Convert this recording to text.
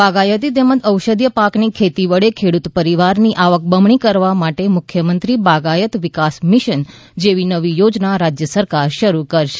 બાગાયતી તેમજ ઔષધિ પાકની ખેતી વડે ખેડૂત પરિવાર ની આવક બમણી કરવા માટે મુખ્યમંત્રી બાગાયત વિકાસ મિશન જેવી નવી યોજના રાજ્ય સરકાર શરૂ કરશે